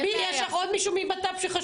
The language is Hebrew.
גלי, יועמ"ש בט"פ.